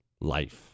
life